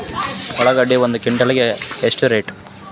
ಉಳ್ಳಾಗಡ್ಡಿ ಒಂದು ಕ್ವಿಂಟಾಲ್ ಗೆ ಎಷ್ಟು ರೇಟು?